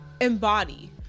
embody